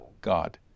God